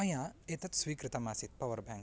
मया एतत् स्वीकृतमासीत् पवर्ब्याङ्क्